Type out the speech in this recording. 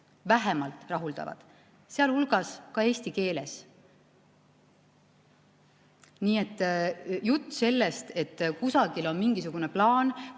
vähemalt rahuldavad, sealhulgas ka eesti keeles. Nii et jutt sellest, et kusagil on mingisugune plaan,